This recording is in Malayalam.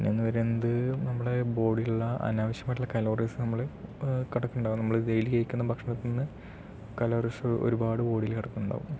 പിന്നെ എന്ന് പറയുന്നത് നമ്മുടെ ബോഡിയിലുള്ള അനാവശ്യമായിട്ടുള്ള കലോറിസ് നമ്മള് കിടക്കുന്നുണ്ടാകും നമ്മള് ഡൈലി കഴിക്കുന്ന ഭക്ഷണത്തിൽ നിന്ന് കലോറിസ് ഒരുപാട് ബോഡിയില് കിടക്കുന്നുണ്ടാകും